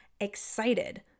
excited